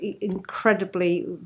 incredibly